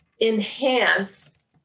enhance